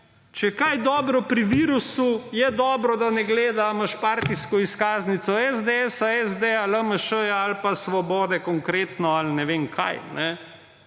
Če je kaj dobro pri virusu, je dobro, da ne gleda, ali imaš partijsko izkaznico SDS, SD, LMŠ ali pa Svobode, Konkretno ali ne vem kaj.